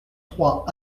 trois